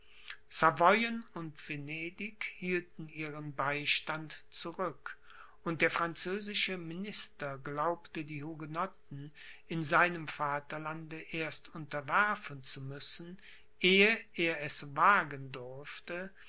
savoyen und venedig hielten ihren beistand zurück und der französische minister glaubte die hugenotten in seinem vaterlande erst unterwerfen zu müssen ehe er es wagen dürfte